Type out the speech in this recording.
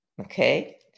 Okay